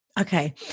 Okay